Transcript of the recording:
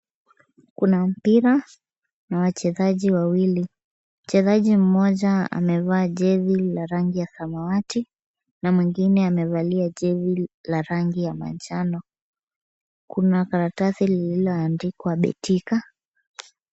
Kuna mpira na wachezaji wawili. Mchezaji mmoja amevaa jezi la rangi ya samawati na mwingine amevalia jezi la rangi ya manjano. Kuna karatasi lililoandikwa Betika.